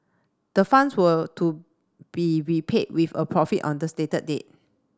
the funds were to be repaid with a profit on the stated date